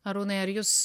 arūnai ar jūs